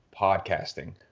podcasting